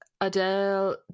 Adele